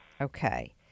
okay